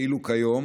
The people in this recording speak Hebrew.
ואילו כיום